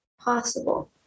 possible